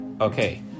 Okay